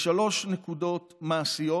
בשלוש נקודות מעשיות